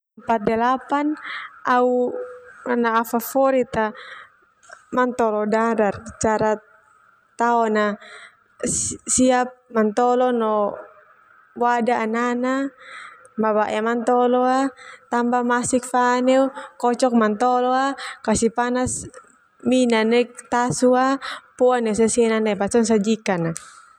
Empat delapan au ana favorit mantolo dadar siap mantolo no wadah anana mabae mantolo tao masik fa neu kasih panas mina.